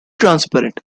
transparent